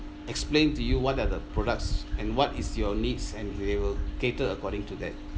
explain to you what are the products and what is your needs and they will cater according to that